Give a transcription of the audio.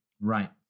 right